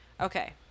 Okay